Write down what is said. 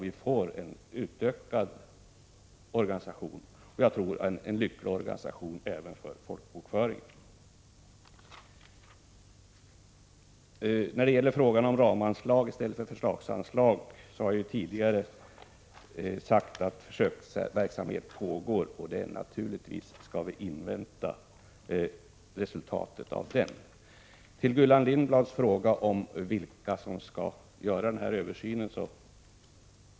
Vi få då en utökad organisation — en organisation som är lyckad, även beträffande folkbokföringen. Vad gäller frågan om ramanslag i stället för förslagsanslag har jag tidigare sagt att en försöksverksamhet pågår. Naturligtvis skall vi invänta resultatet av denna. Gullan Lindblad frågade vem som skall göra översynen i fråga.